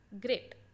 great